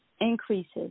increases